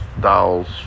dolls